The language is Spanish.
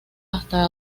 hasta